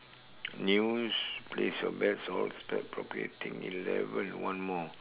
news place your bets all spelt properly I think eleven one more